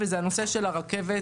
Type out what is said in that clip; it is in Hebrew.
וזה הנושא של הרכבת